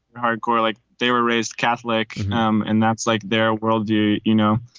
hardcore, like they were raised catholic um and that's like their worldview, you know